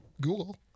Google